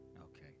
Okay